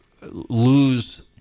lose